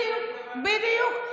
בדיוק, בדיוק.